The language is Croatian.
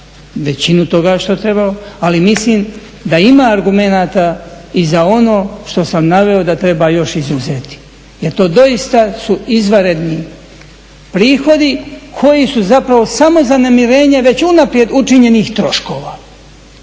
većinu toga što je trebalo, ali mislim da ima argumenata i za ono što sam naveo da treba još izuzeti jer to doista su izvanredni prihodi koji su zapravo samo za namirenje već unaprijed učinjenih troškova.